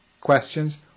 questions